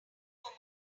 woman